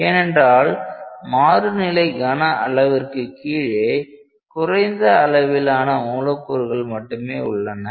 ஏனென்றால் மாறுநிலை கன அளவிற்கு கீழே குறைந்த அளவிலான மூலக்கூறுகள் மட்டுமே உள்ளன